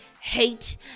hate